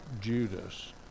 Judas